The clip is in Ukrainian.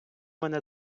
мене